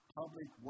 public